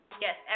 Yes